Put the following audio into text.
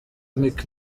meek